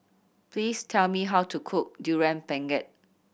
please tell me how to cook Durian Pengat